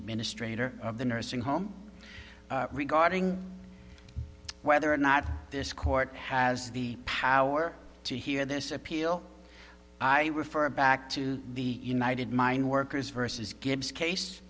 administrator of the nursing home regarding whether or not this court has the power to hear this appeal i refer back to the united mine workers vs gives case